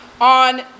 on